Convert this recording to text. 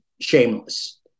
shameless